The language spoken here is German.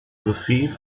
sophie